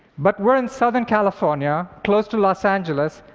but we're in southern california, close to los angeles,